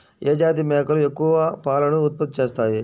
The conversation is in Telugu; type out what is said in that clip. ఏ జాతి మేకలు ఎక్కువ పాలను ఉత్పత్తి చేస్తాయి?